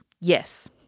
Yes